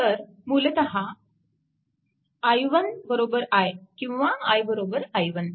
तर मूलतः i1 i किंवा i i1